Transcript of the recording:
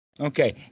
Okay